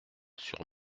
sur